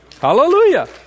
Hallelujah